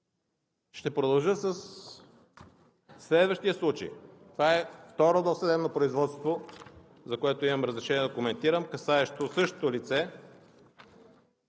Ще продължа със следващия случай. Това е второ досъдебно производство, за което имам разрешение да коментирам, касаещо същото лице.